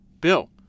Bill